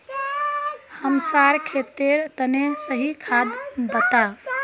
हमसार खेतेर तने सही खाद बता